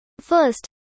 First